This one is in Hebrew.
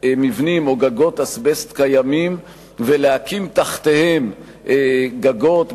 מבנים או גגות אזבסט קיימים ולהקים תחתיהם גגות,